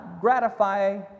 gratify